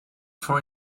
for